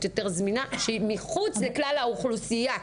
יותר זמינה שהיא מחוץ לכלל האוכלוסייה.